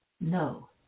No